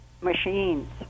machines